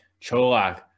Cholak